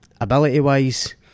ability-wise